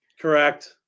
Correct